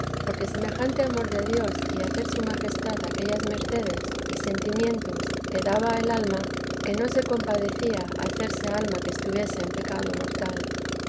porque semejante amor de dios y hacer su majestad aquellas mercedes y sentimientos que daba al alma que no se compadecía hacerse al alma que estuviese en pecado mortal